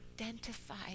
identified